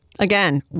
Again